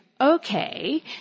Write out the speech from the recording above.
Okay